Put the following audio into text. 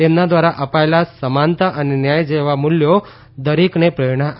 તેમના દ્વારા અપાયેલાં સમાનતા અને ન્યાય જેવા મૂલ્યો દરેકને પ્રેરણા આપે છે